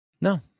No